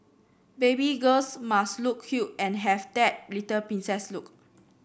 baby girls must look cute and have that little princess look